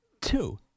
Two